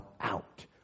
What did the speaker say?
out